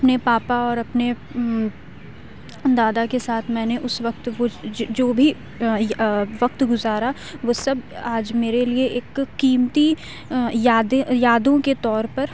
اپنے پاپا اور اپنے دادا کے ساتھ میں نے اس وقت جو بھی وقت گزارا وہ سب آج میرے لیے ایک قیمتی یادیں یادوں کے طور پر